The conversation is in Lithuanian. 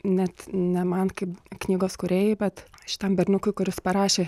net ne man kaip knygos kūrėjai bet šitam berniukui kuris parašė